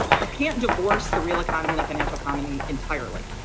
you can't divorce the real economy in a financial company entirely,